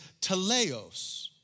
teleos